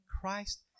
Christ